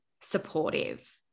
supportive